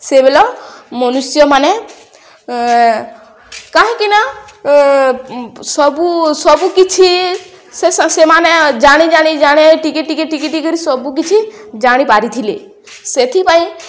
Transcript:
ସେତେବେଳେ ମନୁଷ୍ୟ ମାନେ କାହିଁକିନା ସବୁ ସବୁକିଛି ସେମାନେ ଜାଣି ଜାଣି ଜାଣି ଟିକେ ଟିକେ ଟିକେ ଟିକେ ସବୁକଛି ଜାଣିପାରିଥିଲେ ସେଥିପାଇଁ